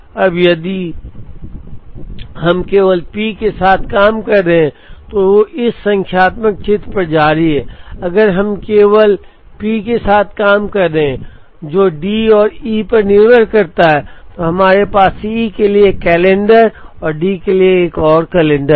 अब यदि हम केवल P के साथ काम कर रहे हैं तो इस संख्यात्मक चित्र पर जारी है अगर हम केवल P के साथ काम कर रहे हैं जो D और E पर निर्भर करता है तो हमारे पास E के लिए एक कैलेंडर और D के लिए एक और कैलेंडर है